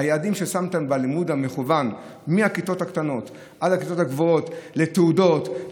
היעדים ששמתם בלימוד המקוון מהכיתות הקטנות ועד הכיתות הגבוהות לתעודות,